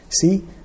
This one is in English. See